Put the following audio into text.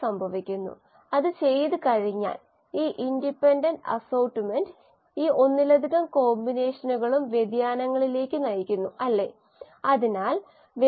ഉദാഹരണത്തിന് ഒരു നിശ്ചിത ശതമാനത്തിനപ്പുറം നമ്മൾ എത്തനോൾ പരാമർശിച്ചുവെന്ന് ഞാൻ കരുതുന്നു അതിൽ 18 ശതമാനവും ഇത് കോശങ്ങളുടെ വളർച്ചാ നിരക്കിനെ ബാധിക്കുന്നു അത് പ്രതിനിധീകരിക്കാം